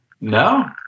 No